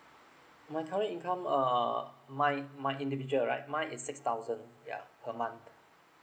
my current income err my my individual right mine is six thousand yeah per month